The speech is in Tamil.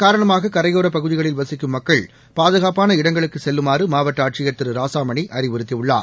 காரணமாககரையோரப் பகுதிகளில் வசிக்கும் மக்கள் பாகுகாப்பான இடங்களுக்குச் இகன் செல்லுமாறுமாவட்டஆட்சியர் திருராசாமணிஅறிவுறுத்தியுள்ளார்